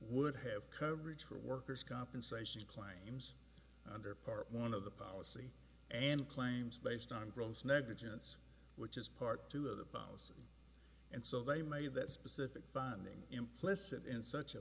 would have coverage for a worker's compensation claim under part one of the policy and claims based on gross negligence which is part two of the policy and so they made that specific funding implicit in such a